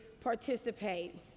participate